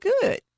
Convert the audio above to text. good